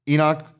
Enoch